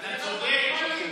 אתה צודק.